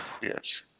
Yes